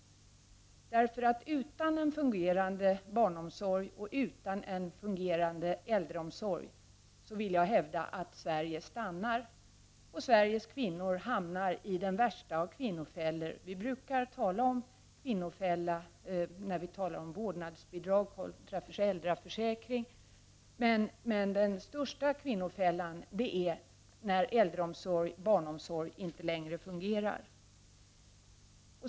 Jag vill hävda att Sveriges kvinnor utan en fungerande barnomsorg och en fungerande äldreomsorg hamnar i den värsta av kvinnofällor. Vi brukar tala om kvinnofällor i samband med vårdnadsbidrag och föräldraförsäkring, men den största kvinnofällan hamnar kvinnorna i när äldreomsorgen och barnomsorgen inte längre fungerar.